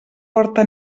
porta